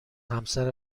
همسر